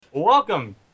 Welcome